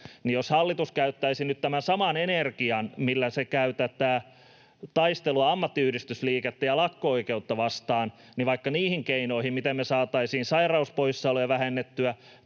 jos hallitus käyttäisi nyt tämän saman energian, millä se käy tätä taistelua ammattiyhdistysliikettä ja lakko-oikeutta vastaan, vaikka niihin keinoihin, miten me saataisiin sairauspoissaoloja vähennettyä,